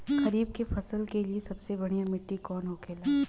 खरीफ की फसल के लिए सबसे बढ़ियां मिट्टी कवन होखेला?